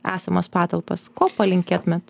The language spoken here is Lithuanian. esamas patalpas ko palinkėtumėte